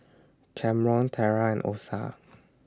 Camron Terra and Osa